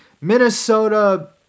Minnesota